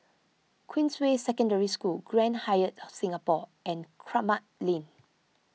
Queensway Secondary School Grand Hyatt Singapore and Kramat Lane